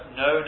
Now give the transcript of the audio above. no